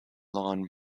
lawn